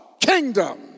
kingdom